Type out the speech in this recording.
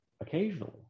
occasionally